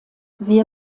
wir